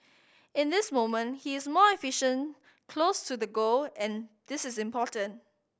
in this moment he is more efficient close to the goal and this is important